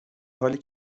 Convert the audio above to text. حالی